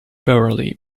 beverly